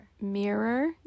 mirror